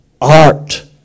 art